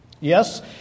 Yes